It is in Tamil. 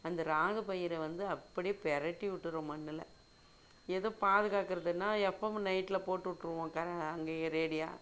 அந்த ராகு பயிரை வந்து அப்டே பிரட்டிவுட்டுரும் மண்ணில் எது பாதுகாக்கிறதுனா எப்போவும் நைட்டில் போட்டுவிட்ருவோம் கர அங்கேயே ரேடியா